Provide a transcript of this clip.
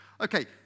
Okay